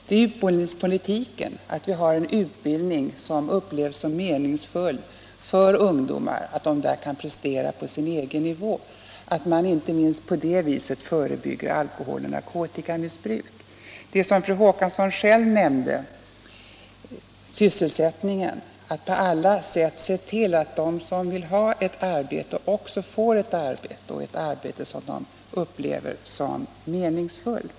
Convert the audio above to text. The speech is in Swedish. Det är utbildningspolitiken: att vi har en utbildning som upplevs som meningsfull för ungdomar, att de där kan prestera något på sin egen nivå och att man inte minst på det viset förebygger alkohol och narkotikamissbruk. Fru Håkansson nämnde själv sysselsättningen — det gäller att på alla sätt se till att de som vill ha ett arbete också får ett arbete och ett arbete som de upplever som meningsfullt.